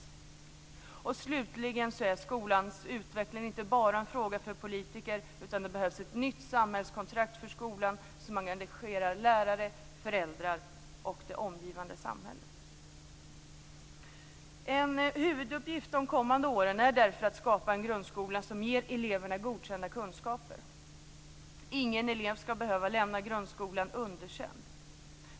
Skolans utveckling är slutligen inte bara en fråga för politiker. Det behövs ett nytt samhällskontrakt för skolan som engagerar lärare, föräldrar och det omgivande samhället. En huvuduppgift de kommande åren är därför att skapa en grundskola som ger eleverna godkända kunskaper. Ingen elev skall behöva lämna grundskolan underkänd.